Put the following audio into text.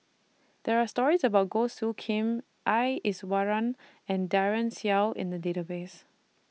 There Are stories about Goh Soo Khim S Iswaran and Daren Shiau in The Database